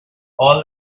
all